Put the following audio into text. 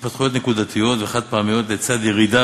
התפתחויות נקודתיות וחד-פעמיות לצד ירידה